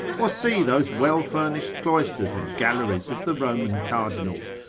or see those well-furnished cloisters and galleries of the roman cardinals,